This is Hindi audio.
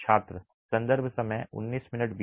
छात्र संदर्भ समय 1920